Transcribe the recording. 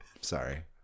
Sorry